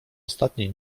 ostatniej